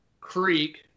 creek